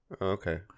Okay